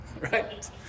right